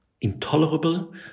intolerable